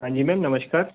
हाँ जी मैम नमस्कार